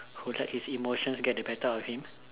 who let his emotions get the better of him